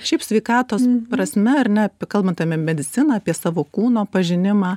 šiaip sveikatos prasme ar ne kalbant apie mediciną apie savo kūno pažinimą